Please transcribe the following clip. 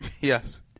Yes